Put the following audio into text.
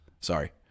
sorry